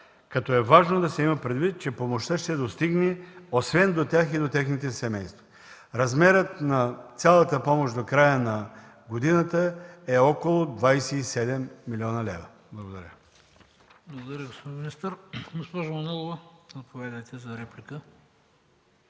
като е важно да се има предвид, че помощта ще достигне освен до тях и до техните семейства. Размерът на цялата помощ до края на годината е около 27 млн. лв. Благодаря. ПРЕДСЕДАТЕЛ ХРИСТО БИСЕРОВ: Благодаря, господин министър. Госпожо Манолова, заповядайте за реплика.